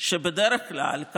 שבדרך כלל,